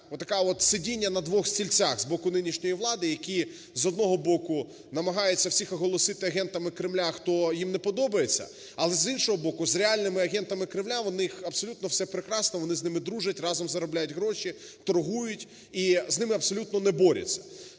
от сидіння на двох стільцях з боку нинішньої влади, які, з одного боку, намагаються всіх оголосити агентами Кремля, хто їм не подобається, але, з іншого боку, з реальними агентами Кремля у них абсолютно все прекрасно: вони з ними дружать, разом заробляють гроші, торгують і з ними абсолютно не борються.